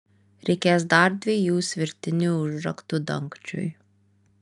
reikės dar dviejų svirtinių užraktų dangčiui